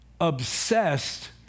obsessed